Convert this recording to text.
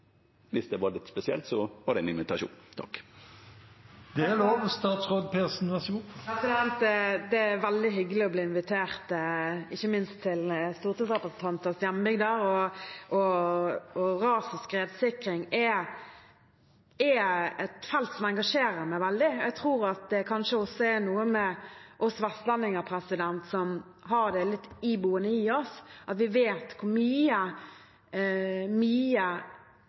det var litt spesielt – det var ein invitasjon. Det er lov. Det er veldig hyggelig å bli invitert, ikke minst til stortingsrepresentanters hjembygder, og ras- og skredsikring er et felt som engasjerer meg veldig. Jeg tror at det kanskje er noe med oss vestlendinger, som har det litt iboende i oss at vi vet hvor